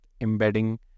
embedding